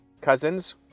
cousins